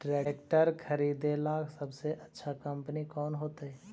Tractor खरीदेला सबसे अच्छा कंपनी कौन होतई?